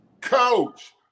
Coach